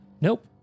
Nope